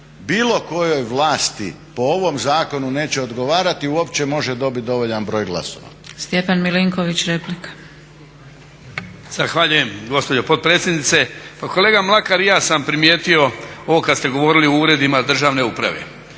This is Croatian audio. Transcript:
bilo kojoj vlasi po ovom zakonu neće odgovarati uopće može dobiti dovoljan broj glasova.